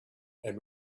and